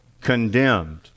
Condemned